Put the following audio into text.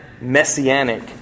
messianic